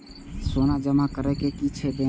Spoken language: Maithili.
सोना जमा कर सके छी बैंक में?